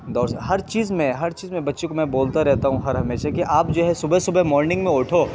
دوڑ ہر چیز میں ہر چیز میں بچے کو میں بولتا رہتا ہوں ہر ہمیشہ کہ آپ جو ہے صبح صبح مارننگ میں اٹھو